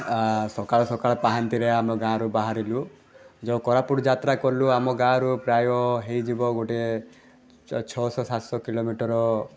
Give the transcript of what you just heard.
ଆ ସକାଳ ସକାଳ ପାହାନ୍ତିଆରୁ ଆମ ଗାଁରୁ ବାହାରିଲୁ ଯେଉଁ କୋରାପୁଟ ଯାତ୍ରା କଲୁ ଆମ ଗାଆଁରୁ ପ୍ରାୟ ହେଇଯିବ ଗୋଟେ ଛଅ ଶହ ସାତ ଶହ କିଲୋମିଟର